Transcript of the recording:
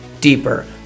deeper